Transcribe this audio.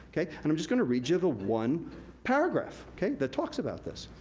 and i'm just gonna read you the one paragraph that talks about this.